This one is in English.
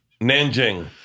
Nanjing